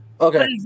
Okay